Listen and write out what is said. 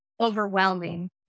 overwhelming